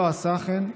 ולא עשה כן,